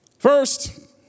First